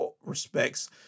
respects